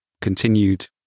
continued